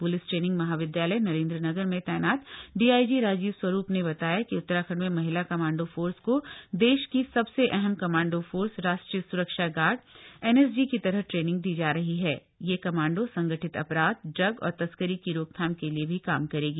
police training महाविद्यालय नरेंद्रनगर में तब्रात डी ईजी राजीव स्वरूप ने बताया कि उत्तराखंड में महिला कमांड फार्स क देश की सबसे अहम कमांड फार्म राष्ट्रीय सुरक्षा गार्ड एनएसजी की तरह ट्रेनिंग दी जा रही हण यह कमांड संगठित अपराध ड्रग और तस्करी की रफ़थाम के लिए भी काम करेगी